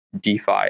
DeFi